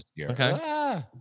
Okay